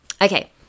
Okay